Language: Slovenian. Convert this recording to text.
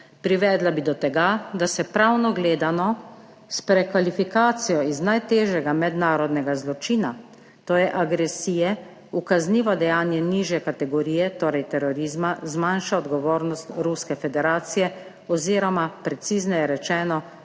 Privedla bi do tega, da se pravno gledano s prekvalifikacijo iz najtežjega mednarodnega zločina, to je agresije, v kaznivo dejanje nižje kategorije, torej terorizma, zmanjša odgovornost Ruske federacije oziroma, precizneje rečeno,